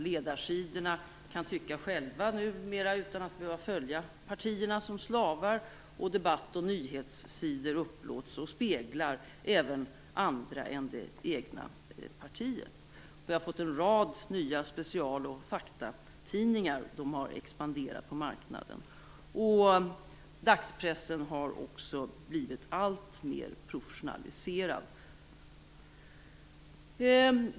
Ledarsidorna kan tycka själva nu utan att behöva följa partierna som slavar, och debatt och nyhetssidor upplåts och speglar även andra än det egna partiet. Vi har fått en rad nya special och faktatidningar, som har expanderat på marknaden. Dagspressen har också blivit alltmer professionaliserad.